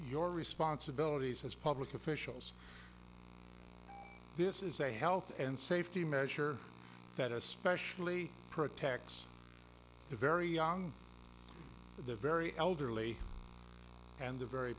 your responsibilities as public officials this is a health and safety measure that especially protects the very young the very elderly and the very